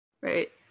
right